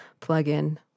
plugin